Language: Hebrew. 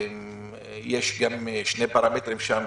יש גם שני פרמטרים שם,